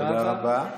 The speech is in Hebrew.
תודה רבה.